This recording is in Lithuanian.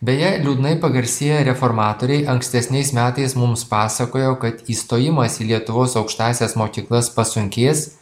beje liūdnai pagarsėję reformatoriai ankstesniais metais mums pasakojo kad įstojimas į lietuvos aukštąsias mokyklas pasunkės